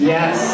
Yes